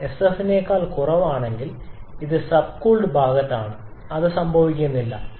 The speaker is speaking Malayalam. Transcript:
ഇത് sf നേക്കാൾ കുറവാണെങ്കിൽ അത് സബ് കൂൾഡ് ഭാഗത്താണ് അത് സംഭവിക്കുന്നില്ല